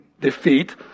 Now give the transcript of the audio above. defeat